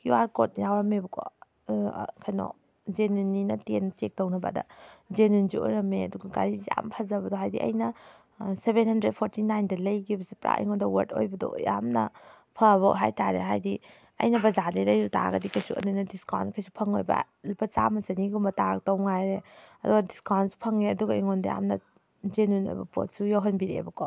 Q R code ꯌꯥꯎꯔꯝꯃꯦꯕꯀꯣ ꯀꯩꯅꯣ ꯖꯦꯅꯤꯌꯨꯟꯅꯤ ꯅꯠꯇꯦꯅ ꯆꯦꯛ ꯇꯧꯅꯕ ꯑꯗ ꯖꯦꯅꯤꯌꯨꯟꯁꯨ ꯑꯣꯏꯔꯝꯃꯦ ꯑꯗꯨꯒ ꯘꯥꯔꯤꯁꯦ ꯌꯥꯝ ꯐꯖꯕꯗꯣ ꯍꯥꯏꯗꯤ ꯑꯩꯅ ꯁꯕꯦꯟ ꯍꯟꯗ꯭ꯔꯦꯗ ꯐꯣꯔꯇꯤ ꯅꯥꯏꯟꯗ ꯂꯩꯈꯤꯕꯁꯦ ꯄꯨꯔꯥ ꯑꯩꯉꯣꯟꯗ ꯋꯥꯔꯗ ꯑꯣꯏꯕꯗꯣ ꯌꯥꯝꯅ ꯐꯕ ꯍꯥꯏꯇꯥꯔꯦ ꯍꯥꯏꯗꯤ ꯑꯩꯅ ꯕꯖꯥꯔꯗꯩ ꯂꯩꯔꯨꯇꯥꯔꯒꯗꯤ ꯀꯩꯁꯨ ꯑꯗꯨꯃꯥꯏꯅ ꯗꯤꯁꯀꯥꯎꯟ ꯀꯩꯁꯨ ꯐꯪꯉꯣꯏꯕ ꯂꯨꯄꯥ ꯆꯥꯝꯃ ꯆꯅꯤꯒꯨꯝꯕ ꯇꯥꯔꯛꯇꯧ ꯉꯥꯏꯔꯦ ꯑꯗꯣ ꯗꯤꯁꯀꯥꯎꯟꯁꯨ ꯐꯪꯉꯦ ꯑꯗꯨꯒ ꯑꯩꯉꯣꯟꯗ ꯌꯥꯝꯅ ꯖꯦꯅꯤꯌꯨꯟ ꯑꯣꯏꯕ ꯄꯣꯠꯁꯨ ꯌꯧꯍꯟꯕꯤꯔꯛꯑꯦꯕꯀꯣ